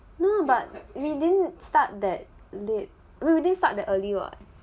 no no no but we didn't start that late we didn't start that early what